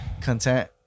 content